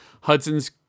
Hudson's